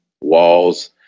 walls